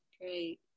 Great